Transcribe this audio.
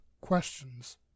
questions